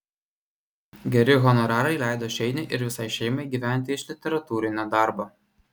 geri honorarai leido šeiniui ir visai šeimai gyventi iš literatūrinio darbo